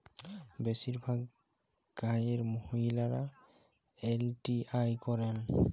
বেশিরভাগ গাঁয়ের মহিলারা এল.টি.আই করেন